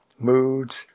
moods